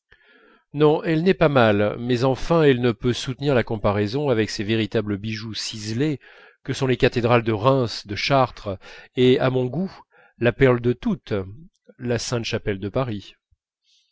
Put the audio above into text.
non elle n'est pas mal mais enfin elle ne peut soutenir la comparaison avec ces véritables bijoux ciselés que sont les cathédrales de reims de chartres et à mon goût la perle de toutes la sainte-chapelle de paris